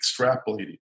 extrapolating